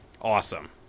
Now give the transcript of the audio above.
Awesome